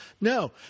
No